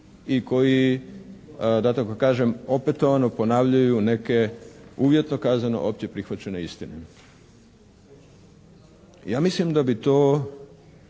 i koji da tako kažem opetovano ponavljaju neke uvjetno kazano opće prihvaćene istine. Ja mislim da bi to,